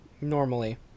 Normally